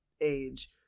age